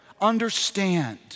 understand